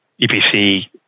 EPC